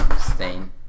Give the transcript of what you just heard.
Stain